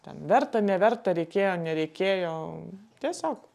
ten verta neverta reikėjo nereikėjo tiesiog